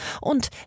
und